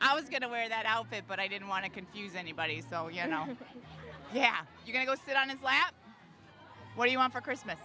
i was going to wear that outfit but i didn't want to confuse anybody so you know yeah you go sit on his lap what do you want for christmas